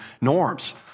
norms